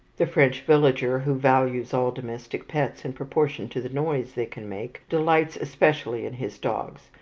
the french villager, who values all domestic pets in proportion to the noise they can make, delights especially in his dogs,